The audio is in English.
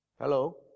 Hello